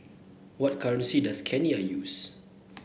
what currency does Kenya use